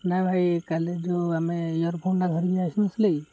ନାଇଁ ଭାଇ କାଲି ଯେଉଁ ଆମେ ଇୟରଫୋନ୍ଟା ଧରିକି ଆସି ନଥିଲି